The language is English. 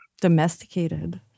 Domesticated